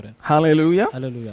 Hallelujah